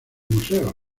museos